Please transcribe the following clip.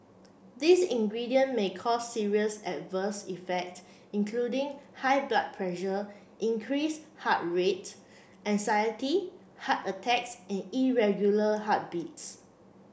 these ingredient may cause serious adverse effect including high blood pressure increased heart rate anxiety heart attacks and irregular heartbeats